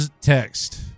text